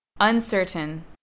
Uncertain